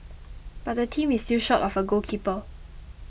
but the team is still short of a goalkeeper